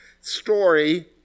story